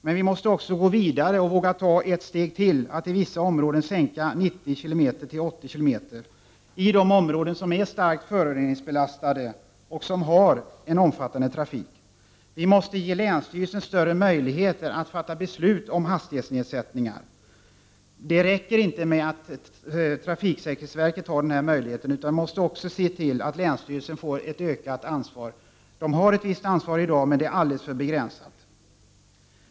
Men vi måste gå vidare och våga ta ett steg till, nämligen att i vissa områden sänka hastigheten från 90 till 80 km/tim. Detta gäller de områden som är svårt belastade av föroreningar och som har en omfattande trafik. Vi måste ge länsstyrelserna större möjligheter att fatta beslut om hastighetsnedsättningar. Det räcker inte med att trafiksäkerhetsverket har denna möjlighet, utan vi måste också se till att länsstyrelserna får ett ökat ansvar på detta område. Länsstyrelserna har ett visst ansvar i dag, men det är alldeles för begränsat.